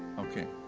okay.